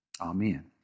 Amen